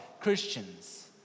Christians